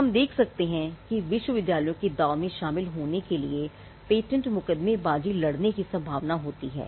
हम देख सकते हैं कि विश्वविद्यालयों के दांव में शामिल होने के कारण पेटेंट मुकदमेबाजी लड़ने की संभावना होती है